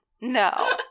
No